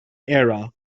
era